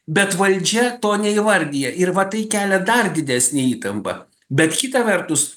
bet valdžia to neįvardija ir va tai kelia dar didesnę įtampą bet kita vertus